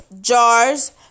jars